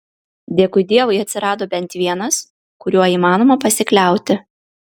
dėkui dievui atsirado bent vienas kuriuo įmanoma pasikliauti